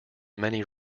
many